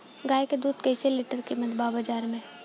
गाय के दूध कइसे लीटर कीमत बा बाज़ार मे?